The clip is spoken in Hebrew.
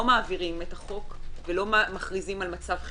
מעבירים את החוק ולא מכריזים על מצב חירום,